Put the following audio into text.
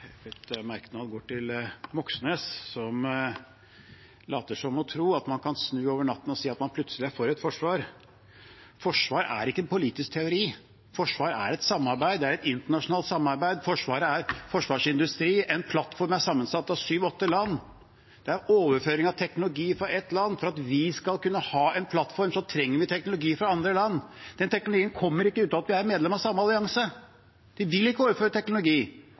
å tro at man kan snu over natten og si at man plutselig er for et forsvar. Forsvar er ikke politisk teori. Forsvar er et samarbeid. Det er et internasjonalt samarbeid. Forsvarsindustri er en plattform sammensatt av syv–åtte land. Det er overføring av teknologi fra et land. For at vi skal kunne ha en plattform, trenger vi teknologi fra andre land. Den teknologien kommer ikke uten at vi er medlem av samme allianse. De vil ikke overføre teknologi.